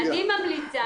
ממליצה,